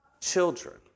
children